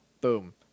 boom